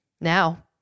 Now